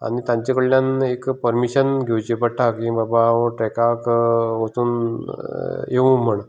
आनी तांचे कडल्यान एक परमिशन घेवचें पडटा की बाबा हांव ट्रेकांक वचून येवं म्हण